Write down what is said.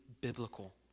biblical